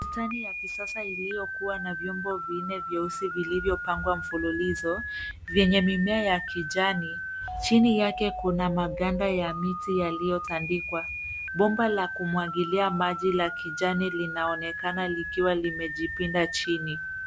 Bustani ya kisasa iliyikuwa na vyombo vinne vyeusi vilivyopangwa mfululizo vyenye mimea ya kijani. Chini yake kuna maganda ya miti yaliyotandikwa. Bomba la kumwangilia maji la kijani linaonekana likiwa limejipinda chini.